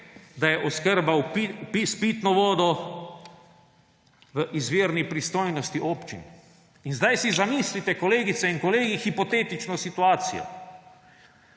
da je oskrba s pitno vodo v izvirni pristojnosti občin. Sedaj si zamislite, kolegice in kolegi, hipotetično situacijo.